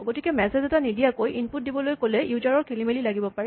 গতিকে মেছেজ এটা নিদিয়াকৈ ইনপুট দিবলৈ ক'লে ইউজাৰ ৰ খেলিমেলি লাগিব পাৰে